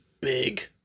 big